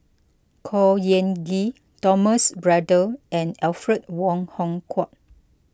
Khor Ean Ghee Thomas Braddell and Alfred Wong Hong Kwok